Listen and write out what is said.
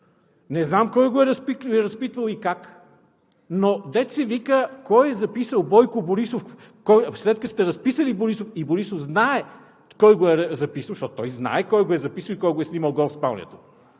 Не знам кой го е разпитвал и как, но, дето се вика, след като сте разпитали Борисов и Борисов знае кой е записал, защото той знае кой го е записал и кой го е снимал гол в спалнята.